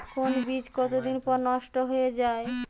কোন বীজ কতদিন পর নষ্ট হয়ে য়ায়?